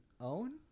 own